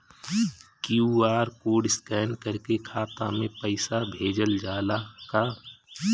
QR code scan करके खाता में पैसा भेजल जाला का?